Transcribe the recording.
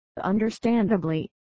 Understandably